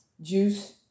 juice